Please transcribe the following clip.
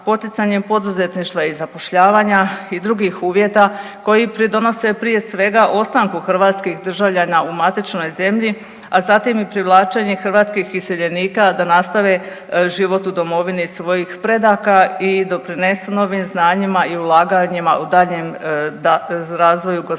poticanjem poduzetništva i zapošljavanja i drugih uvjeta koji pridonose prije svega ostanku hrvatskih državljana u matičnoj zemlji, a zatim i privlačenje hrvatskih iseljenika da nastave život u domovini svojih predaka i doprinesu novim znanjima i ulaganjima u daljnjem razvoju gospodarstva